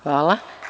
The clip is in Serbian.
Hvala.